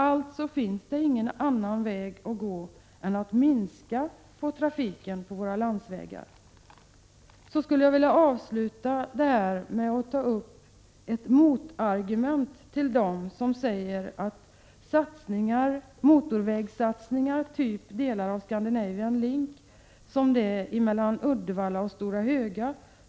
Alltså finns det ingen annan väg att gå än att minska trafiken på våra landsvägar. Låt mig så argumentera mot dem som förordar motorvägssatsningar typ delar av ScanLink, exempelvis den mellan Uddevalla och Stora Höga.